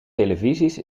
televisies